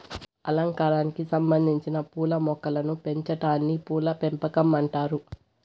అలంకారానికి సంబందించిన పూల మొక్కలను పెంచాటాన్ని పూల పెంపకం అంటారు